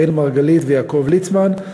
אראל מרגלית ויעקב ליצמן.